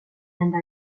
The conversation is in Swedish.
enda